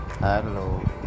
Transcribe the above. Hello